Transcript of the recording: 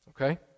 Okay